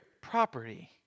property